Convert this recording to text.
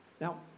Now